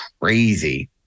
crazy